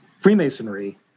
Freemasonry